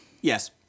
Yes